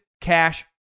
cash